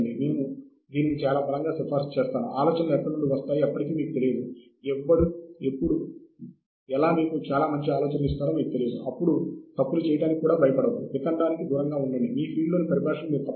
RSS feed content అని ఒకటి ఉంది కంటెంట్ సబ్స్క్రిప్షన్